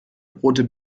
rote